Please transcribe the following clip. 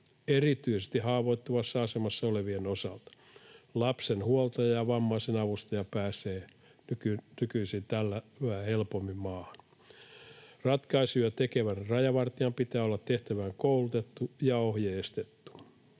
erityisesti haavoittuvassa asemassa olevien osalta. Lapsen huoltaja ja vammaisen avustaja pääsevät tällä nykyisin yhä helpommin maahan. Ratkaisuja tekevän rajavartijan pitää olla tehtävään koulutettu ja ohjeistettu.